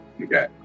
Okay